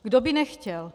Kdo by nechtěl?